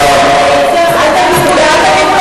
עונש מוות.